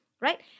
right